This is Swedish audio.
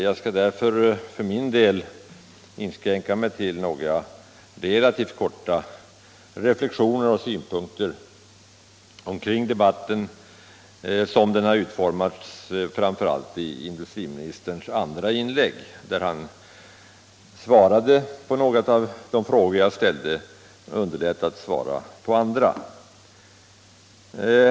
Jag skall därför inskränka mig till några relativt korta reflexioner omkring debatten som den har utformats framför allt i industriministerns andra inlägg, där han svarade på några av de frågor jag ställde och underlät att svara på andra.